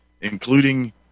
including